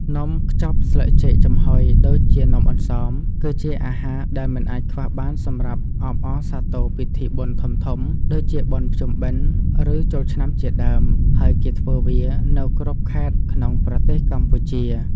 នំខ្ចប់ស្លឹកចេកចំហុយ ដូចជានំអន្សម គឺជាអាហារដែលមិនអាចខ្វះបានសម្រាប់អបអរសាទរពិធីបុណ្យធំៗដូចជាបុណ្យភ្ជុំបិណ្ឌ ឬចូលឆ្នាំជាដើម ហើយគេធ្វើវានៅគ្រប់ខេត្តក្នុងប្រទេសកម្ពុជា។។